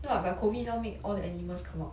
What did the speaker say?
no what but COVID now make all the animals come out